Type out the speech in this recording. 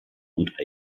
und